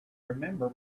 remember